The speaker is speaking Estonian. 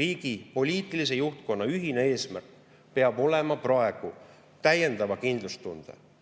Riigi poliitilise juhtkonna ühine eesmärk peab praegu olema täiendava kindlustunde